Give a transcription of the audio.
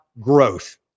growth